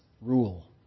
rule